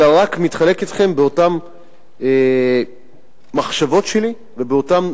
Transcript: אלא רק מתחלק אתכם באותן מחשבות שלי ובאותם